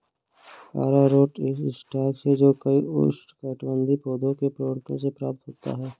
अरारोट एक स्टार्च है जो कई उष्णकटिबंधीय पौधों के प्रकंदों से प्राप्त होता है